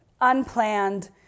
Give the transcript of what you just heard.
unplanned